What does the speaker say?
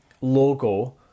logo